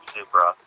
Supra